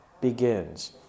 begins